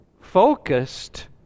focused